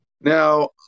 Now